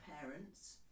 parents